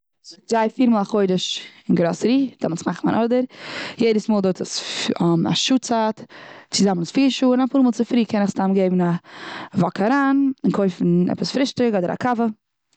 כ'גיי פיר מאל א חודש און גראסערי, דעמאלץ מאך איך מיין ארדער. יעדעס מאל דוערט עס פ- א שעה צייט צוזאמען איז פיר שעה. און אפאר מאל צופרי קען איך סתם געבן א וואק אריין, און קויפן עפעס פרישטאג, אדער א קאווע.